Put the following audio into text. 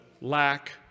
lack